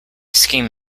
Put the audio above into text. scheme